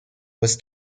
was